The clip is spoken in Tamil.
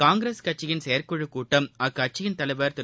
காங்கிரஸ் கட்சியின் செயற்குழுக் கூட்டம் அக்கட்சித் தலைவர் திரு